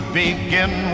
begin